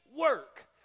work